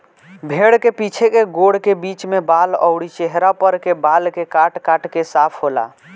भेड़ के पीछे के गोड़ के बीच में बाल अउरी चेहरा पर के बाल के काट काट के साफ होला